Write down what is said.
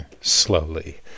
slowly